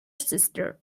sister